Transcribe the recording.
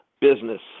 business